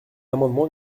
amendement